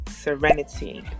Serenity